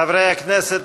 חברי הכנסת,